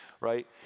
right